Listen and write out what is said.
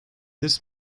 this